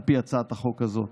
על פי הצעת החוק הזאת.